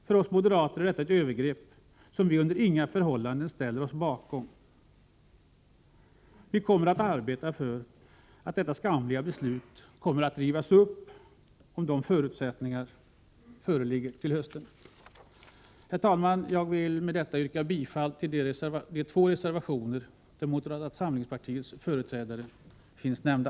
För oss moderater är detta ett övergrepp som vi under inga förhållanden kan ställa oss bakom. Vi kommer att arbeta för att detta skamliga beslut rivs upp, om sådana förutsättningar föreligger till hösten. Herr talman! Jag vill med detta yrka bifall till de två reservationer där moderata samlingspartiets företrädare finns nämnda.